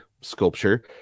sculpture